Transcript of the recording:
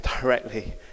directly